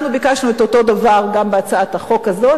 אנחנו ביקשנו את אותו הדבר גם בהצעת החוק הזאת,